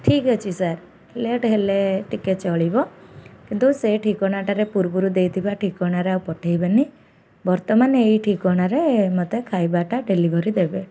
ଠିକ୍ ଅଛି sir late ହେଲେ ଟିକେ ଚଳିବ କିନ୍ତୁ ସେ ଠିକଣାଟାରେ ପୂର୍ବରୁ ଦେଇଥିବା ଠିକଣାରେ ଆଉ ପଠେଇବେନି ବର୍ତ୍ତମାନ ଏଇ ଠିକଣାରେ ମତେ ଖାଇବାଟା ଡେଲିଭରି ଦେବେ